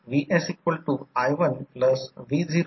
तर प्रायमरी किंवा secondary side आता V2 E2 म्हणून V2 E2